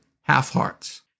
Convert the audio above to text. half-hearts